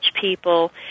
people